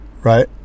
right